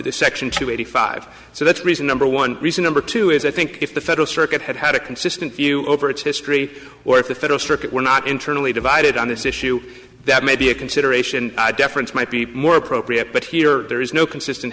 the section two eighty five so that's reason number one reason number two is i think if the federal circuit had had a consistent view over its history or if the federal circuit were not internally divided on this issue that may be a consideration deference might be more appropriate but here there is no consistent